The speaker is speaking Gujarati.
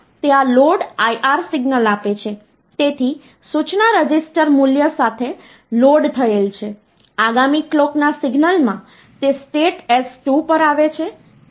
તેથી મોટે ભાગે પૂર્ણાંક સંખ્યાઓ વિશે વાત કરવામાં આવશે અને કેટલાક કિસ્સાઓમાં આપણે આ વાસ્તવિક સંખ્યાઓ વિશે વાત કરી શકીએ છીએ અને તે પણ નિશ્ચિત પોઇન્ટ સંકેતચિહ્નોમાં